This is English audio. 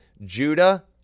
Judah